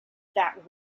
that